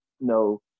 no